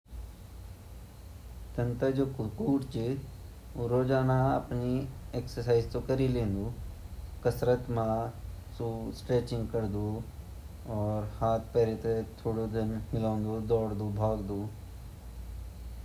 जु कुत्ता छिन उते कस्रत ता बहुत ज़रूरी ची, जु लोकल कुत्ता जु गली माँ रंदा उ है कस्रत कर ल्यांदा किलेकी उ ता सारा दिन चलिया छिन अर जु घर म बैठ्या कुत्ता छिन वे ते भी भोत ज़रूरी ची कि हम वेते कस्रत करे दे, कस्रत करोणो उते भेर घूमोंड उई उँगु कस्रत ची। योक घंटा सुबेरी योक घंटा श्याम ते उते ग़ुमे सकदा।